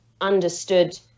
understood